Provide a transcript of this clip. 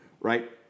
right